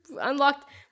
unlocked